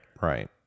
Right